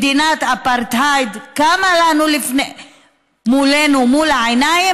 מדינת אפרטהייד קמה לנו מול העיניים.